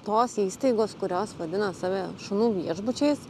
tos įstaigos kurios vadina save šunų viešbučiais